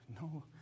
No